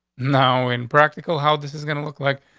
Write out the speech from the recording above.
now, in practical, how this is gonna look like,